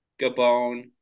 Gabon